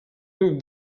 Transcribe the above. riu